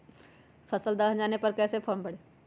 फसल दह जाने पर कैसे फॉर्म भरे?